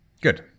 Good